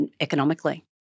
economically